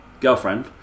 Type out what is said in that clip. girlfriend